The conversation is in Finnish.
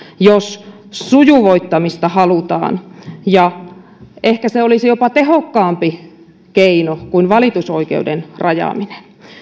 jos sujuvoittamista halutaan ja ehkä se olisi jopa tehokkaampi keino kuin valitusoikeuden rajaaminen